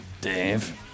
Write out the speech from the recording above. Dave